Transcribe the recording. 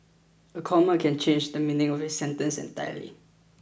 a comma can change the meaning of a sentence entirely